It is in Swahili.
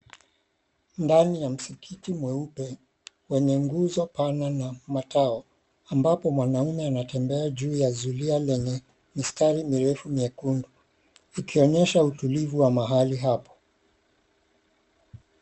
Ndani ya msikiti mweupe, wenye nguzo pana na matao ambapo mwanaume anatembea juu ya zulia lenye mistari mirefu mwekundu, ikionyesha utulivu wa mahalo hapo.